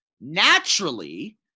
Naturally